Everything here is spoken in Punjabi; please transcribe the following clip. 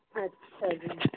ਅੱਛਾ ਜੀ